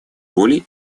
роли